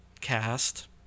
cast